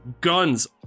guns